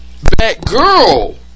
Batgirl